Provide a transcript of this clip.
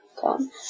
Come